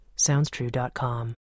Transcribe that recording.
SoundsTrue.com